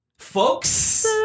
Folks